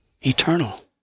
Eternal